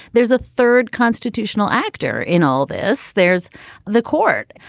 there's a third constitutional actor in all this. there's the court.